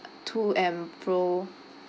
to and fro